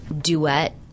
duet